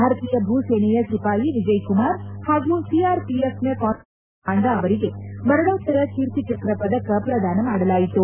ಭಾರತೀಯ ಭೂ ಸೇನೆಯ ಸಿಪಾಯಿ ವಿಜಯಕುಮಾರ್ ಹಾಗೂ ಸಿಆರ್ಪಿಎಫ್ನ ಕಾನ್ಸೇಬಲ್ ಪ್ರದೀಪ್ಕುಮಾರ್ ಪಾಂಡ ಅವರಿಗೆ ಮರಣೋತ್ತರ ಕೀರ್ತಿಚಕ್ರ ಪದಕ ಪ್ರದಾನ ಮಾಡಲಾಯಿತು